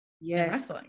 Yes